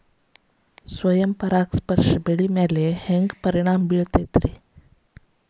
ಸ್ವಯಂ ಪರಾಗಸ್ಪರ್ಶ ಬೆಳೆಗಳ ಮ್ಯಾಲ ಹ್ಯಾಂಗ ಪರಿಣಾಮ ಬಿರ್ತೈತ್ರಿ?